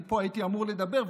אני פה הייתי אמור לדבר,